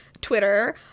Twitter